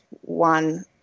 one